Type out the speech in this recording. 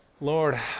Lord